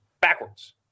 backwards